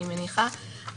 אני מניחה,